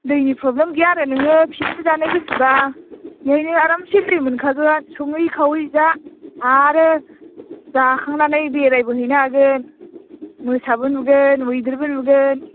दैनि प्रब्लेम गैया आरो नोङो पिकनिक जानो गोसोबा बेवहायनो आरामसे दै मोनखागोन सङै खावै जा आरो जाखांनानै बेरायबोहैनो हागोन मोसाबो नुगोन मैदेरबो नुगोन